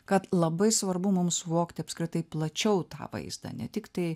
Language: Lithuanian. kad labai svarbu mums suvokti apskritai plačiau tą vaizdą ne tiktai